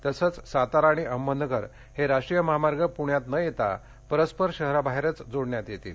तसंच सातारा आणि अहमदनगर हे राष्ट्रीय महामार्ग पुण्यात न येता परस्पर शहराबाहेरच जोडण्यात येणार आहेत